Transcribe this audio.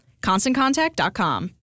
ConstantContact.com